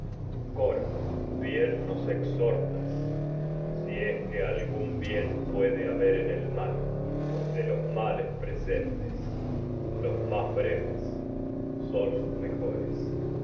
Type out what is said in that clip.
coro bien de nos exhortas si es que algún bien pue haber en el mal pues de los males presentes los más breves son los mejores